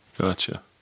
Gotcha